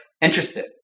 interested